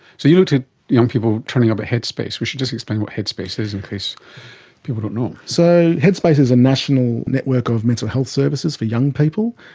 so you looked at young people turning up at headspace. we should just explain what headspace is in case people don't know. so headspace is a national network of mental health services for young people,